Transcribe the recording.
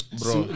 bro